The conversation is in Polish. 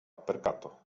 perkato